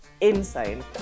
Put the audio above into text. insane